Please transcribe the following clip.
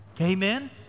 amen